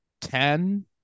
ten